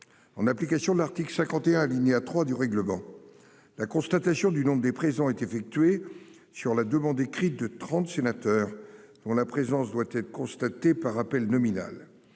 En application de l'article 51 alinéa 3 du règlement. La constatation du nombre des prisons est effectuée sur la demande écrite de 30 sénateurs, dont la présence doit être constatée par appel nominal.